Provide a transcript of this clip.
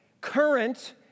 current